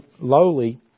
lowly